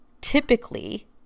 typically